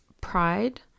Pride